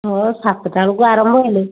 ହଁ ସାତଟା ବେଳକୁ ଆରମ୍ଭ ହେଲେ